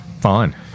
Fine